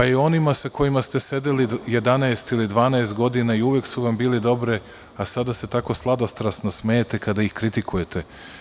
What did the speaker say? I onima sa kojima ste sedeli 11 ili 12 godina, i uvek su vam bili dobre, a sada se tako sladostrasno smejete, kada ih kritikujete.